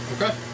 Okay